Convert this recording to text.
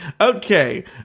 Okay